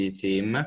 team